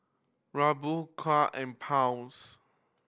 Ruble Kyat and Pound